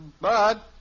Bud